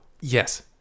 yes